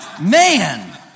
Man